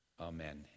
Amen